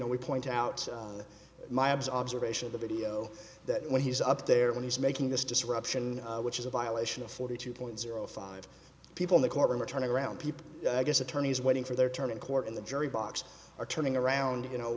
know we point out my abs observation of the video that when he's up there when he's making this disruption which is a violation of forty two point zero five people in the courtroom are turning around people i guess attorneys waiting for their turn in court in the jury box or turning around you know